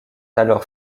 alors